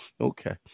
Okay